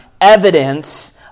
evidence